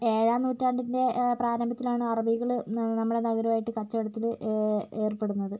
ഏഴാം നൂറ്റാണ്ടിൻ്റെ പ്രാരംഭത്തിലാണ് അറബികൾ ന നമ്മുടെ നഗരമായിട്ട് കച്ചവടത്തിൽ ഏർപ്പെടുന്നത്